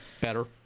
better